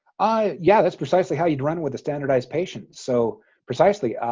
ah, yeah, that's precisely how you'd run with a standardized patient so precisely, ah,